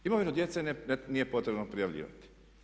Imovinu djece nije potrebno prijavljivati.